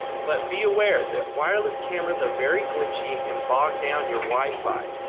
but be aware that wireless cameras are very glitchy, and bog down your wifi,